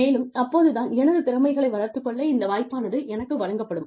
மேலும் அப்போது தான் எனது திறமைகளை வளர்த்துக் கொள்ள இந்த வாய்ப்பானது எனக்கு வழங்கப்படும்